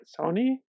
Sony